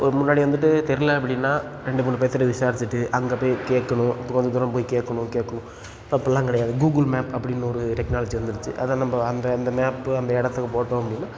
ஒரு முன்னாடி வந்துட்டு தெரியல அப்படின்னா ரெண்டு மூணு பேர்த்துட்ட விசாரித்துட்டு அங்கே போய் கேட்கணும் இப்போ கொஞ்சம் தூரம் போய் கேட்கணும் கேட்கணும் இப்போ அப்புடில்லாம் கிடையாது கூகுள் மேப் அப்படின்னு ஒரு டெக்னாலஜி வந்துருச்சு அதை நம்ம அந்த அந்த மேப்பு அந்த இடத்துக்கு போட்டோம் அப்படின்னா